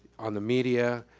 um the media,